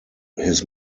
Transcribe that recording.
his